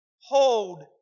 hold